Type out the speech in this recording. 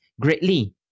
greatly